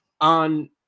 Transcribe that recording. on